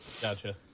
Gotcha